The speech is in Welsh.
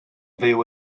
fyw